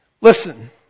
Listen